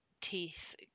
teeth